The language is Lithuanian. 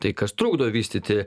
tai kas trukdo vystyti